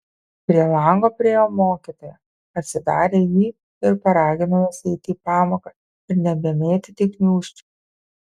prie lango priėjo mokytoja atsidarė jį ir paragino juos eiti į pamoką ir nebemėtyti gniūžčių